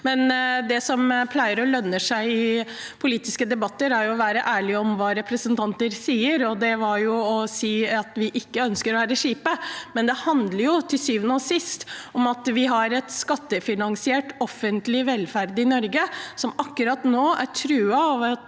Det som pleier å lønne seg i politiske debatter, er å være ærlig om hva representanter sier. Det jeg vil si, er at vi ikke ønsker å være kjipe, men det handler til syvende og sist om at vi har en skattefinansiert offentlig velferd i Norge som akkurat nå er truet av at